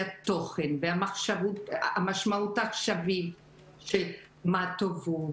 התוכן והמשמעות העכשווית של 'מה טובו',